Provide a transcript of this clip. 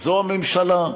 זה הממשלה,